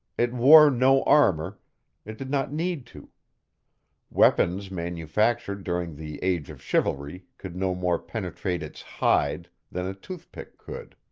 it wore no armor it did not need to weapons manufactured during the age of chivalry could no more penetrate its hide than a tooth pick could.